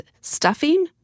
stuffing